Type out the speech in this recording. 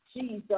Jesus